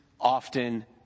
often